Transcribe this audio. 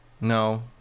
No